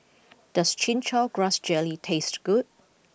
does Chin Chow Grass Jelly taste good